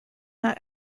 not